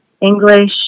English